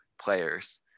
players